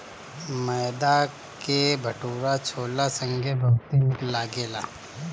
मैदा के भटूरा छोला संगे बहुते निक लगेला